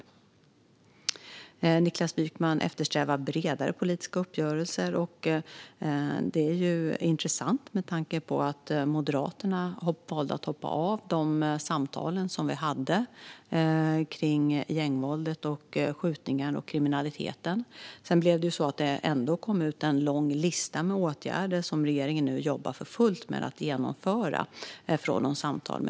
Niklas Wykman efterlyser bredare politiska uppgörelser. Det är intressant med tanke på att Moderaterna valde att hoppa av de samtal som vi hade om gängvåldet, skjutningar och kriminalitet. Sedan kom det från samtalen ändå en lång lista med åtgärder som regeringen nu jobbar för fullt med att genomföra.